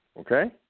Okay